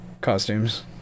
costumes